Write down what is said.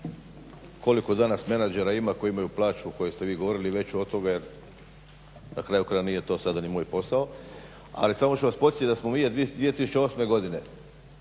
koliko danas menadžera ima koji imaju plaću o kojoj ste vi govorili veću od toga jer na kraju krajeva nije to sada ni moj posao, ali samo ću vas podsjetiti da smo mi 2008. godine